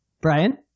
Brian